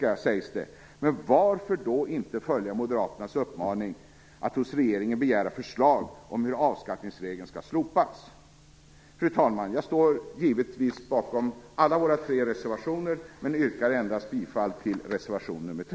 Så här står det i lagen om statlig inkomstskatt